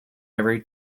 every